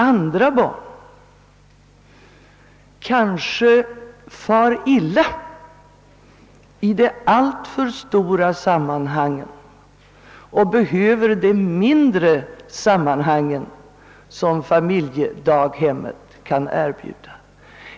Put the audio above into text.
Andra barn kanske far illa i det alltför stora sammanhanget och behöver det mindre sammanhang som familjedaghemmet kan erbjuda.